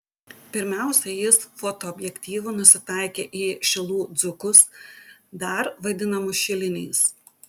pirmiausia jis fotoobjektyvu nusitaikė į šilų dzūkus dar vadinamus šiliniais